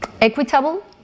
equitable